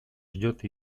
ждет